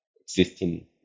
existing